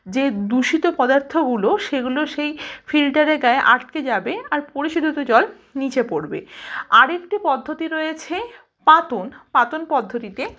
যে দূষিত পদার্থগুলো সেগুলো সেই ফিল্টারের গায়ে আটকে যাবে আর পরিশোধিত জল নিচে পড়বে আর একটি পদ্ধতি রয়েছে পাতন পাতন পদ্ধতিতে